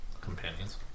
companions